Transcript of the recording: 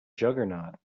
juggernaut